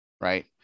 right